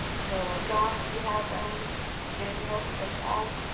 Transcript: so, jon, do you have um anything else you'd like to add?